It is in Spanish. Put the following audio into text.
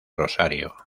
rosario